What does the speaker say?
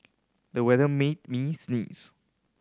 the weather made me sneeze